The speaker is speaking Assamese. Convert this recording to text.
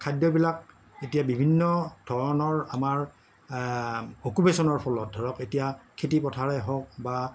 খাদ্যবিলাক এতিয়া বিভিন্ন ধৰণৰ আমাৰ অকোপেশ্যনৰ ফলত ধৰক এতিয়া খেতি পথাৰেই হওক বা